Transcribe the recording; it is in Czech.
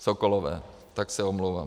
Sokolové, tak se omlouvám.